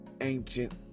ancient